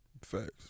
Facts